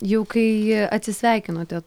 jau kai atsisveikinote